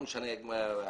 לא משנה הסכום.